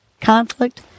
conflict